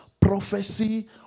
prophecy